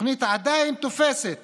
התוכנית עדיין תופסת